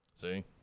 See